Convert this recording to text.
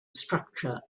structure